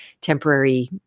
temporary